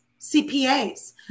CPAs